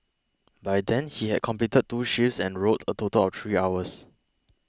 by then he had completed two shifts and rowed a total of three hours